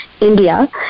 India